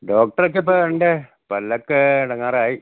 ഡോക്ടറെക്കെ എപ്പോഴാണു വരേണ്ടത് പല്ലൊക്കെ എടങ്ങാറായി